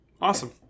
Awesome